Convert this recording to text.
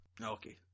Okay